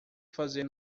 fazer